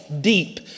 deep